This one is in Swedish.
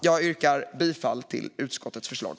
Jag yrkar bifall till utskottets förslag.